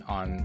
on